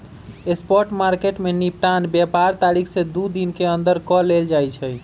spot market में निपटान व्यापार तारीख से दू दिन के अंदर कऽ लेल जाइ छइ